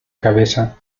cabeza